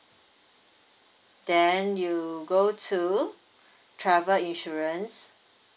then you go to travel insurance